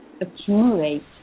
accumulate